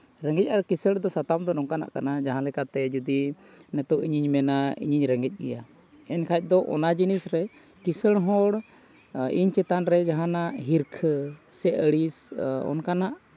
ᱨᱮᱸᱜᱮᱡᱽ ᱟᱨ ᱠᱤᱥᱟᱹᱬ ᱫᱚ ᱥᱟᱛᱟᱢ ᱫᱚ ᱱᱚᱝᱠᱟᱱᱟᱜ ᱠᱟᱱᱟ ᱡᱟᱦᱟᱸᱞᱮᱠᱟᱛᱮ ᱡᱩᱫᱤ ᱱᱤᱛᱳᱜ ᱤᱧᱤᱧ ᱢᱮᱱᱟ ᱤᱧᱤᱧ ᱨᱮᱸᱜᱮᱡᱽ ᱜᱮᱭᱟ ᱮᱱᱠᱷᱟᱡᱽ ᱫᱚ ᱚᱱᱟ ᱡᱤᱱᱤᱥ ᱨᱮ ᱠᱤᱥᱟᱹᱬ ᱦᱚᱲ ᱤᱧ ᱪᱮᱛᱟᱱ ᱨᱮ ᱡᱟᱦᱟᱱᱟᱜ ᱦᱤᱨᱠᱷᱟᱹ ᱥᱮ ᱟᱹᱲᱤᱥ ᱚᱱᱠᱟᱱᱟᱜ